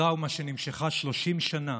טראומה שנמשכה 30 שנה